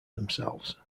themselves